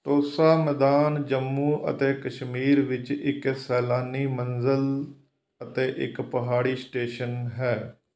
ਤੋਸਾ ਮੈਦਾਨ ਜੰਮੂ ਅਤੇ ਕਸ਼ਮੀਰ ਵਿੱਚ ਇੱਕ ਸੈਲਾਨੀ ਮੰਜ਼ਿਲ ਅਤੇ ਇੱਕ ਪਹਾੜੀ ਸਟੇਸ਼ਨ ਹੈ